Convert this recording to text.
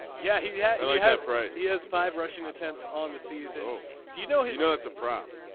yeah he yeah had pros he has five rushing attempts on the season do you know he's you know it's a prop.